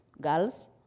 girls